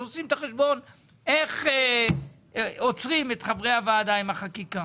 אלא עושים את החשבון איך עוצרים את חברי הוועדה עם החקיקה.